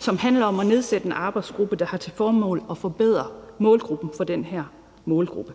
som handler om at nedsætte en arbejdsgruppe, der har til formål at forbedre det for den her målgruppe.